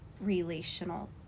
relational